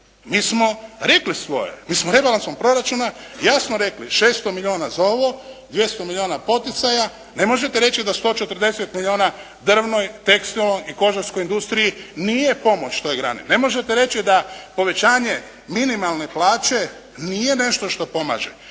Mi smo rekli svoje. Mi smo rebalansom proračuna jasno rekli. 600 milijuna za ovo. 200 milijuna poticaja. Ne možete reći da 140 milijuna drvnoj, tekstilnoj i kožarskoj industriji nije pomoć toj grani. Ne možete reći da povećanje minimalne plaće nije nešto što pomaže.